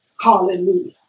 Hallelujah